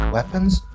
Weapons